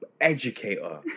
Educator